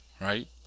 right